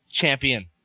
champion